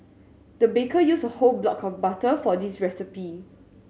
the baker used a whole block of butter for this recipe